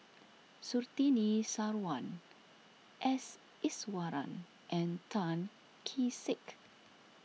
Surtini Sarwan S Iswaran and Tan Kee Sek